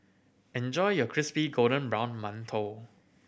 enjoy your crispy golden brown mantou